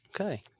okay